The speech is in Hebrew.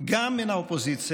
גם מן האופוזיציה,